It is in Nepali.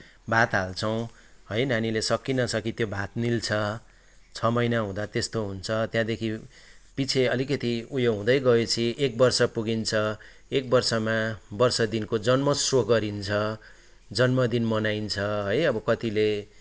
भात हाल्छौँ है नानीले सकि नसकि त्यो भात निल्छ छ महिना हुँदा त्यस्तो हुन्छ त्यहाँदेखि पछि अलिकति उयो हुँदै गएपछि एक महिना पुगिन्छ एक वर्षमा वर्ष दिनको जन्मोत्सव गरिन्छ जन्मदिन मनाइन्छ है अब कतिले